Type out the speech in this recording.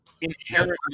inherently